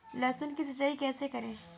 लहसुन की सिंचाई कैसे करें?